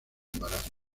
embarazo